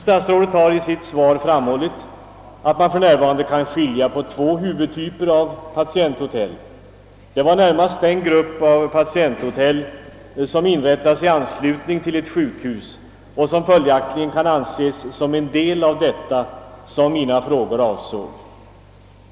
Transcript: Statsrådet har i sitt svar framhållit att man för närvarande kan skilja på två huvudtyper av patienthotell. Mina frågor avsåg närmast den grupp av patienthotell som inrättas i anslutning till ett sjukhus och följaktligen kan anses som en del av detta.